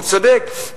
והוא צודק,